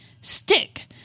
stick